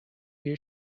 you